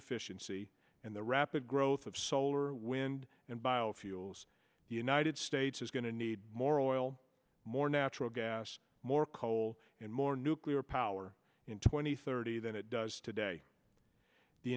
efficiency and the rapid growth of solar wind and biofuels the united states is going to need more oil more natural gas more coal and more nuclear power in twenty thirty than it does today the